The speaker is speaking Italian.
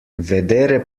vedere